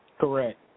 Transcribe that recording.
Correct